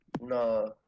No